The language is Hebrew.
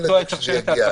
לעובדים בה או לכל אדם